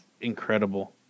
incredible